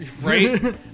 Right